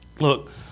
Look